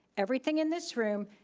everything in this room,